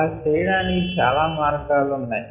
అలా చేయడానికి చాలా మార్గాలున్నాయి